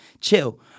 chill